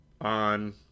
on